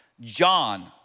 John